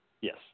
Yes